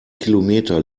kilometer